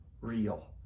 real